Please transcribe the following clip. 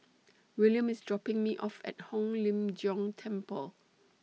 Willam IS dropping Me off At Hong Lim Jiong Temple